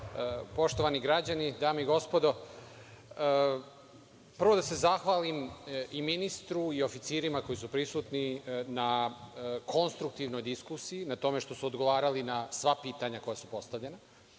Hvala. Poštovani građani, dame i gospodo, prvo da se zahvalim i ministru i oficirima koji su prisutni, na konstruktivnoj diskusiji, na tome što su odgovarali na sva pitanja koja su postavljena.